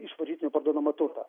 iš varžytinių parduodamą turtą